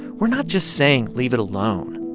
we're not just saying leave it alone.